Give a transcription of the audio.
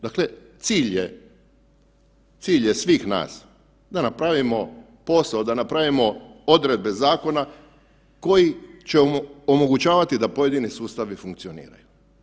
Dakle, cilj je, cilj je svih nas da napravimo posao, da napravimo odredbe zakona koji će omogućavati da pojedini sustavi funkcioniraju.